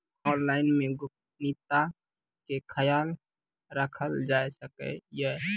क्या ऑनलाइन मे गोपनियता के खयाल राखल जाय सकै ये?